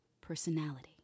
personality